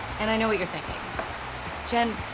and i know what you're thinking jen,